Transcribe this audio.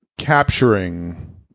capturing